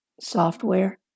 software